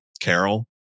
carol